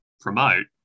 promote